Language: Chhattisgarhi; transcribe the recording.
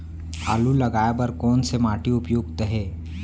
आलू लगाय बर कोन से माटी उपयुक्त हे?